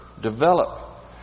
develop